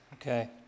Okay